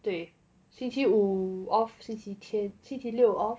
对星期五 off 星期天星期六 off